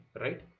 right